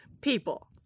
people